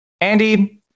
Andy